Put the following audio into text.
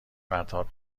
پرتاب